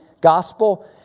gospel